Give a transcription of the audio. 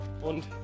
und